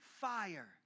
fire